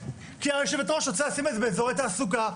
כי היושבת-ראש רוצה לשים את זה באיזורי תעסוקה.